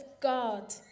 God